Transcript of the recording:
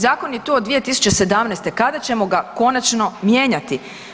Zakon je tu od 2017., kada ćemo ga konačno mijenjati?